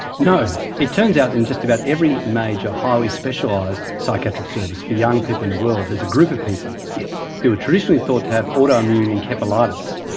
no. it turns out in just about every major highly specialised psychiatric service for young people in the world there's a group of people who were traditionally thought to have autoimmune encephalitis,